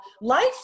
life